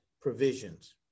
provisions